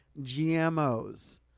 GMOs